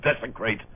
desecrate